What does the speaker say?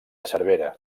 cervera